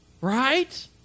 right